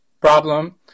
problem